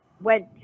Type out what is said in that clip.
went